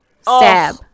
Stab